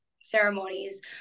ceremonies